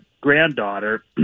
Granddaughter